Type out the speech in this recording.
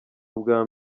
ubwa